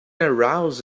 arouse